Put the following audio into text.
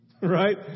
Right